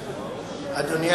אדוני.